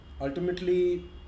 Ultimately